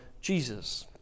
Jesus